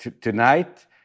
tonight